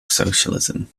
socialism